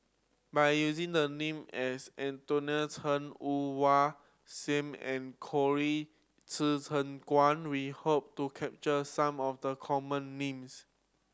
by using the name as Anthony Chen Woon Wah Siang and Colin Qi Zhe Quan we hope to capture some of the common names